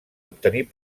obtenir